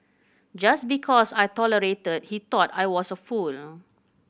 just because I tolerated he thought I was a fool